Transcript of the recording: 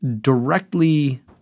directly